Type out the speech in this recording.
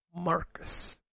Marcus